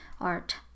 art